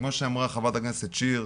וכמו שאמרה ח"כ שיר,